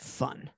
fun